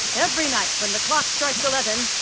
every night when the clock strikes eleven,